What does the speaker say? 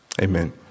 Amen